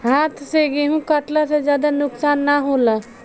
हाथ से गेंहू कटला से ज्यादा नुकसान ना होला